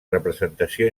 representació